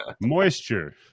Moisture